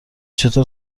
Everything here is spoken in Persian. چطور